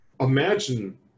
Imagine